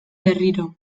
berriro